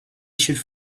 should